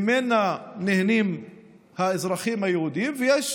שממנה נהנים האזרחים היהודים, ויש